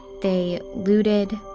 they looted.